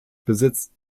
besitzt